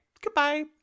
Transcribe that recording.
goodbye